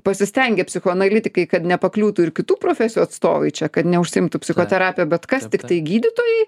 pasistengė psichoanalitikai kad nepakliūtų ir kitų profesijų atstovai čia kad neužsiimtų psichoterapija bet kas tiktai gydytojai